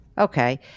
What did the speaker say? Okay